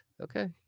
okay